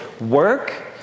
work